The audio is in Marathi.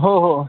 हो हो